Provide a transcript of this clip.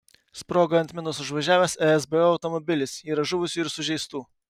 sprogo ant minos užvažiavęs esbo automobilis yra žuvusių ir sužeistų